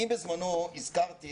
אני בזמנו הזכרתי,